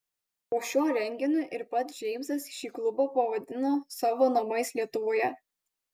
po šio renginio ir pats džeimsas šį klubą pavadino savo namais lietuvoje